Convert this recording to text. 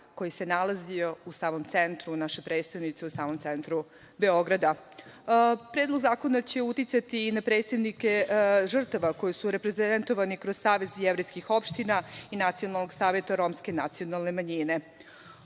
koji se nalazio u samom centru naše prestonice, u samom centru Beograda. Predlog zakona će uticati i na predstavnike žrtava koji su reprezentovani kroz Savez jevrejskih opština i Nacionalnog saveta romske nacionalne